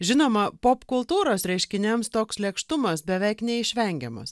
žinoma popkultūros reiškiniams toks lėkštumas beveik neišvengiamas